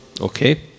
Okay